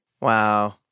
wow